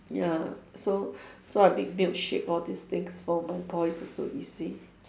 ya so so I make milkshake all this things for my boys also easy